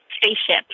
spaceship